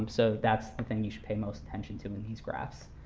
so that's something you should pay most attention to in these graphs.